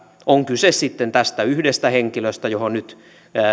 on kyse sitten tästä yhdestä henkilöstä johon nyt